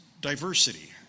diversity